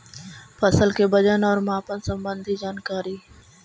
फसल के वजन और मापन संबंधी जनकारी?